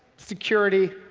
security,